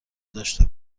داشته